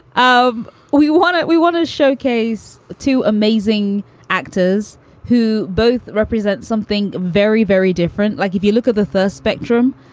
um we want it we want to showcase to amazing actors who both represent something very, very different like if you look at the first spectrum,